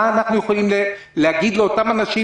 מה אנחנו יכולים להגיד לאותם אנשים?